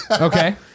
Okay